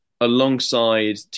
alongside